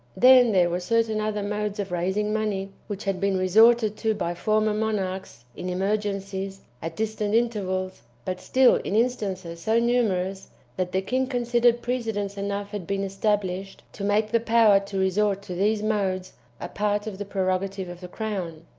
then there were certain other modes of raising money, which had been resorted to by former monarchs, in emergencies, at distant intervals, but still in instances so numerous that the king considered precedents enough had been established to make the power to resort to these modes a part of the prerogative of the crown.